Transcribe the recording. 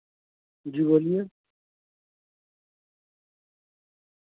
جی بولیے